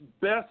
best